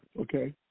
Okay